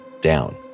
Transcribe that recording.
down